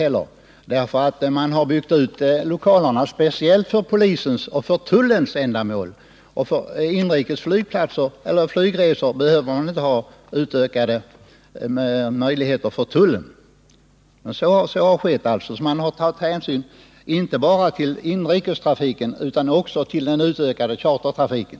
Man har nämligen byggt ut lokalerna speciellt för polisens och tullens behov —och för inrikes flygresor behöver inte tullen ökade utrymmen. Men så har skett, och man har tagit hänsyn inte bara till inrikestrafiken utan också till den ökade chartertrafiken.